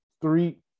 three